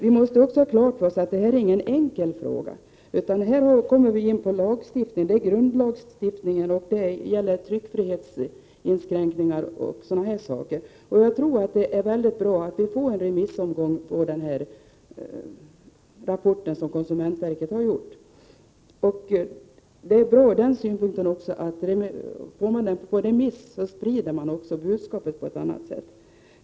Vi måste dock ha klart för oss att denna fråga inte är enkel. Här handlar det om grundlagstiftning, tryckfrihetsinskränkningar och annat. Därför tror jag det är bra med en remissomgång med anledning av konsumentverkets rapport. Om rapporten går ut på remiss sprids också budskapet på ett annat sätt.